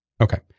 Okay